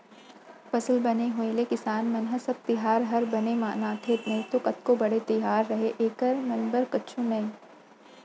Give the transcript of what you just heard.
फसल बने होय ले किसान मन ह सब तिहार हर बने मनाथे नइतो कतको बड़े तिहार रहय एकर मन बर कुछु नइये